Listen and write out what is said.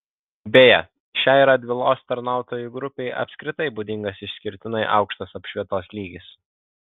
beje šiai radvilos tarnautojų grupei apskritai būdingas išskirtinai aukštas apšvietos lygis